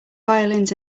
violins